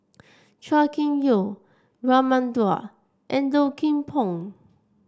Chua Kim Yeow Raman Daud and Low Kim Pong